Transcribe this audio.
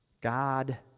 God